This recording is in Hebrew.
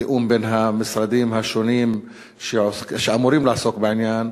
בתיאום בין המשרדים השונים שאמורים לעסוק בעניין.